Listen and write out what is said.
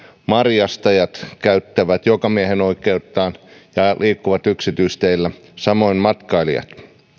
marjastajat käyttävät jokamiehen oikeuttaan ja liikkuvat yksityisteillä samoin matkailijat